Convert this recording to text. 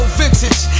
vintage